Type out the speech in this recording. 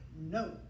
no